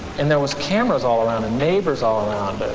and there was cameras all around and neighbors all around.